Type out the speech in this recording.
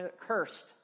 cursed